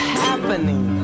happening